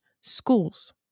schools